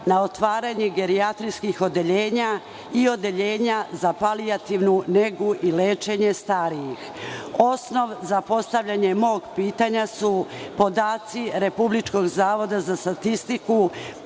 na otvaranje gerijatrijskih odeljenja i odeljenja za palijativnu negu i lečenje starijih? Osnov za postavljanje mog pitanja su podaci Republičkog zavoda za statistiku